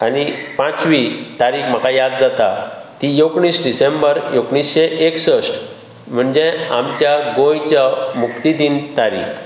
आनी पांचवी तारीख म्हाका याद जाता ती एकुणीस डिसेंबर एकुणेशें एकसठ म्हणजे आमच्या गोंयच्या मुक्तीदीन तारीख